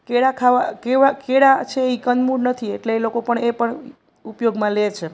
કેળાં ખાવાં કેળાં છે એ કંદમૂળ નથી એટલે એ લોકો પણ એ પણ ઉપયોગમાં લે છે